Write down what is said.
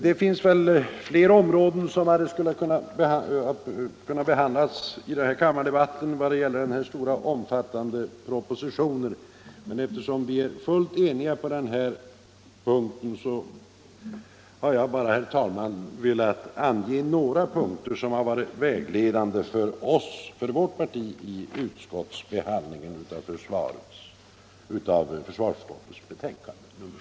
Det finns flera punkter i den omfattande proposition vi nu diskuterar som skulle ha kunnat tas upp i kammardebatten, men eftersom det råder full enighet i dessa frågor har jag bara, herr talman, velat ange några skäl som har varit vägledande för vårt partis ledamöter i försvarsutskottet — Nr 81 vid behandlingen av det ärende som föranlett utskottets betänkande nr Torsdagen den